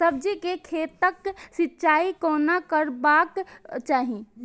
सब्जी के खेतक सिंचाई कोना करबाक चाहि?